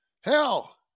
Hell